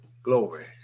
Glory